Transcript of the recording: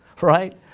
right